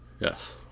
yes